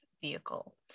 vehicle